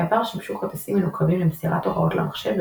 בעבר שימשו כרטיסים מנוקבים למסירת הוראות למחשב,